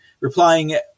replying